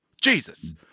jesus